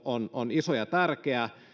on on iso ja tärkeä